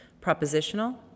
Propositional